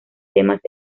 temas